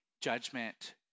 judgment